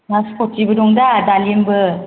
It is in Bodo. नासपटिबो दंदा दालिमबो